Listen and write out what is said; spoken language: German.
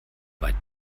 weit